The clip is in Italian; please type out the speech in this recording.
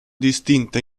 distinte